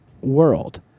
world